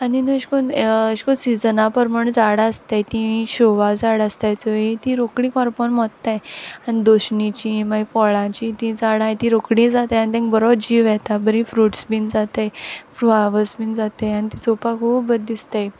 आनी न्हू अेश कोन्न अेश कोन्न सिझना पोरमोणें झाड आसताय तीं शॉआ झाड आसताय चोय तीं रोखडी कोरपोन मोत्ताय आनी दोशणिचीं मागी फोळांचीं तीं झाड आहाय तीं रोखडीं जाताय आनी तेंक बोरो जीव येता बोरीं फ्रूट्स बीन जाताय फ्लावर्स बीन जाताय आनी तीं चोवपा खूब बोर दिसताय